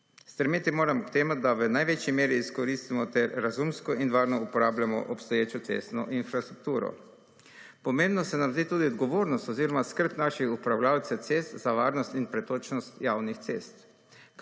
Stremeti moramo k temu, da v največji meri izkoristimo, ter razumsko in varno uporabljamo obstoječo cestno infrastrukturo. Pomembno se nam zdi tudi odgovornost oziroma skrb naših upravljalcev cest za varnost in pretočno javnih cest.